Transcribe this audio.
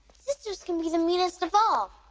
sisters can be the meanest of all.